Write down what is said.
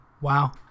Wow